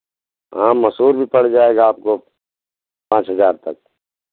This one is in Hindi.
हाँ मसूर भी पड़ जाएगा आपको पाँच हज़ार तक